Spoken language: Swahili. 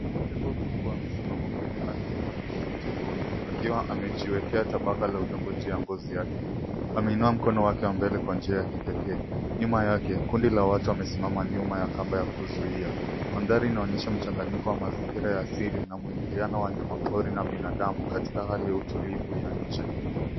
Tembo mkubwa amesimama kwenye ardhi yenye vumbi jekundu, akiwa amejiwekea tabaka la udongo juu ya ngozi yake. Ameinua mkono wake wa mbele kwa njia ya kipekee, nyuma yake, kundi la watu wamesimama nyuma ya kamba ya kuzuia. Mandhari inaonyesha mchanganyiko wa mazingira ya asili, na mwingiliano wa wanyama pori na binadamu, katika hali ya utulivu ya nje.